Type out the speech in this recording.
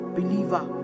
believer